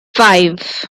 five